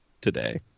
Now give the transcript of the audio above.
today